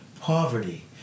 poverty